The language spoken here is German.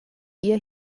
ihr